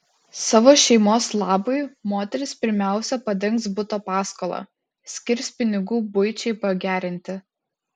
savo šeimos labui moteris pirmiausia padengs buto paskolą skirs pinigų buičiai pagerinti